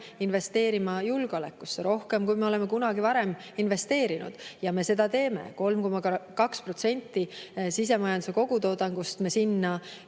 investeerima julgeolekusse rohkem, kui me oleme kunagi varem investeerinud, ja me teeme seda, 3,2% sisemajanduse kogutoodangust me sinna